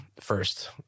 first